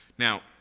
Now